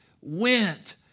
went